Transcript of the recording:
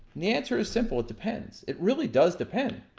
the answer is simple, it depends. it really does depend.